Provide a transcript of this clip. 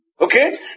Okay